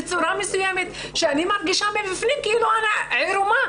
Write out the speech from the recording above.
בצורה מסוימת שאני מרגישה מבפנים כאילו אני עירומה,